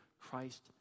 Christ